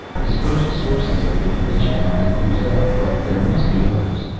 his first sources of information had been used up, but there must be others.